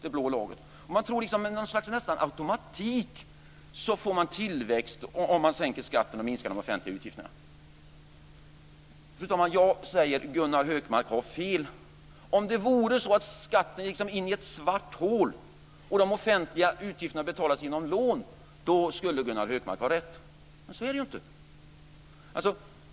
Man tror att man nästan med något slags automatik får tillväxt om man sänker skatten och minskar de offentliga utgifterna. Fru talman! Jag säger att Gunnar Hökmark har fel. Om det vore så att skatten gick in i ett svart hål och de offentliga utgifterna betalades med lån, skulle Gunnar Hökmark ha rätt, men så är det ju inte.